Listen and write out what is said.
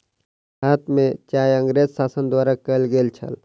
भारत में चाय अँगरेज़ शासन द्वारा कयल गेल छल